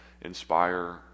inspire